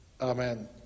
Amen